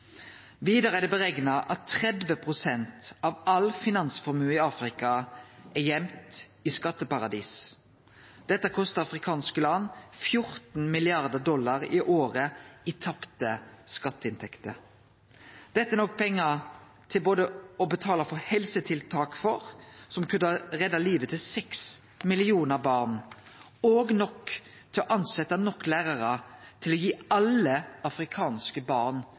Vidare er det berekna at 30 pst. av all finansformue i Afrika er gøymt i skatteparadis. Dette kostar afrikanske land 14 mrd. dollar i året i tapte skatteinntekter. Dette er nok pengar til både å betale for helsetiltak som kunne ha redda livet til seks millionar barn, og nok til å tilsetje nok lærarar til å gi alle afrikanske barn